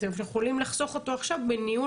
שאנחנו יכולים לחסוך אותו עכשיו בניהול